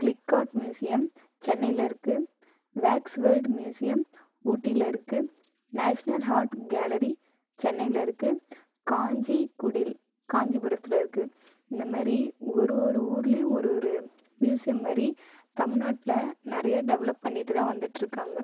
click out museum சென்னையில் இருக்குது wax world museum ஊட்டியில் இருக்குது நேஷனல் ஹார்ட் கேலரி சென்னையில் இருக்குது காஞ்சி குடில் காஞ்சிபுரத்தில் இருக்குது இந்த மாரி ஒரு ஒரு ஊர்லேயும் ஒரு மியூசியம் மாதிரி தமிழ்நாட்டுல நெறைய டெவலப் பண்ணிட்டுதான் வந்துட்டுருக்காங்கள்